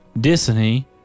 Disney